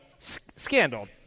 Scandal